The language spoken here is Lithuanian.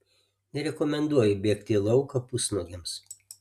nerekomenduoju bėgti į lauką pusnuogiams